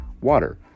water